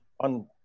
on